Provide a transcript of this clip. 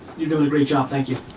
you're doing a great job, thank you.